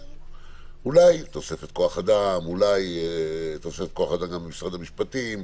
ואולי עם תוספת כוח אדם, גם במשרד המשפטים,